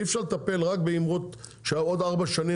אי אפשר לטפל רק באמירות שעוד כארבע שנים